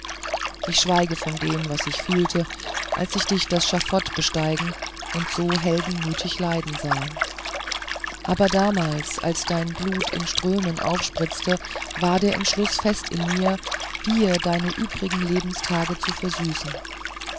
ich schweige von dem was ich fühlte als ich dich das schafott besteigen und so heldenmütig leiden sah aber damals als dein blut in strömen aufspritzte war der entschluß fest in mir dir deine übrigen lebenstage zu versüßen